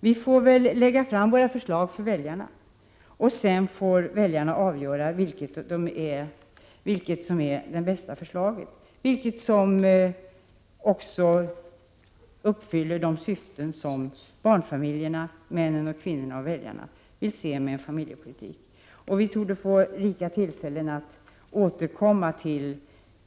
Vi får lägga fram våra förslag för väljarna, som får avgöra vilket som är det bästa förslaget, vilket som också uppfyller de syften barnfamiljerna, männen, kvinnorna och väljarna vill se med en familjepolitik. Vi torde få rika tillfällen att återkomma till